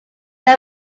they